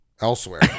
elsewhere